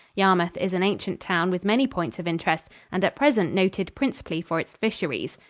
yarmouth is an ancient town with many points of interest and at present noted principally for its fisheries.